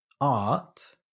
art